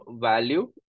value